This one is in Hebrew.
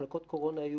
מחלקות קורונה,